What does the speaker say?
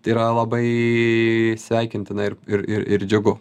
tai yra labai sveikintina ir ir ir ir džiugu